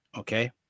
Okay